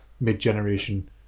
mid-generation